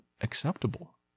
acceptable